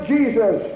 Jesus